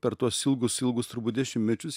per tuos ilgus ilgus turbūt dešimtmečius